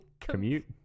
Commute